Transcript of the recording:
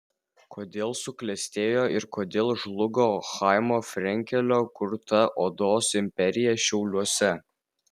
kodėl suklestėjo ir kodėl žlugo chaimo frenkelio kurta odos imperija šiauliuose